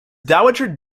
dowager